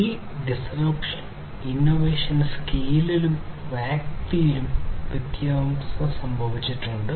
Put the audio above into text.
ഈ disruption innovation സ്കെയിലിലും വ്യാപ്തിയിലും സംഭവിച്ചിട്ടുണ്ട്